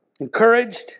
encouraged